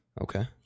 Okay